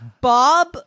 Bob